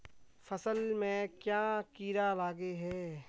फसल में क्याँ कीड़ा लागे है?